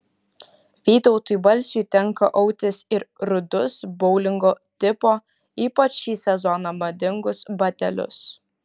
vytautui balsiui tenka autis ir rudus boulingo tipo ypač šį sezoną madingus batelius